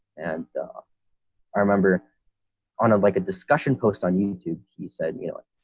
and i remember on a like a discussion post on youtube, he said, you know,